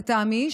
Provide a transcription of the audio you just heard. לטעמי,